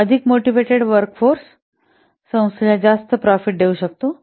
तर अधिक motivated workforce संस्थेला जास्त प्रॉफिट देऊ शकतो